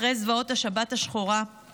אחרי זוועות השבת השחורה,